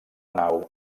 nau